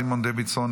סימון דוידסון,